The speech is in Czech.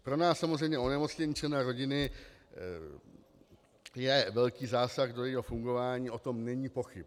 Pro nás samozřejmě onemocnění člena rodiny je velký zásah do jejího fungování, o tom není pochyb.